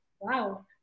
Wow